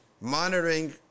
monitoring